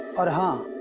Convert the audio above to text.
but